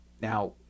now